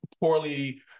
poorly